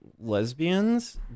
lesbians